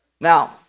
Now